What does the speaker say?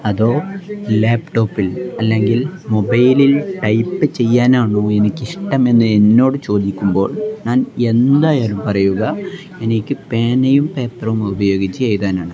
അതോ ലാപ്ടോപ്പിൽ അല്ലെങ്കിൽ മൊബൈലിൽ ടൈപ്പ് ചെയ്യാനാണോ എനിക്കിഷ്ടമെന്ന് എന്നോടു ചോദിക്കുമ്പോൾ ഞാൻ എന്തായാലും പറയുക എനിക്കു പേനയും പേപ്പറും ഉപയോഗിച്ച് എഴുതാനാണ്